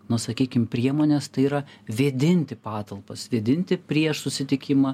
na sakykim priemones tai yra vėdinti patalpas vėdinti prieš susitikimą